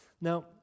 Now